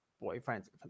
boyfriend's